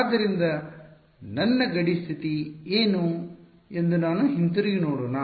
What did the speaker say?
ಆದ್ದರಿಂದ ನನ್ನ ಗಡಿ ಸ್ಥಿತಿ ಏನು ಎಂದು ನಾವು ಹಿಂತಿರುಗಿ ನೋಡೋಣ